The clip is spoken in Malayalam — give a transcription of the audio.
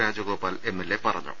രാജഗോപാൽ എംഎൽഎ പറഞ്ഞു